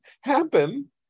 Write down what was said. happen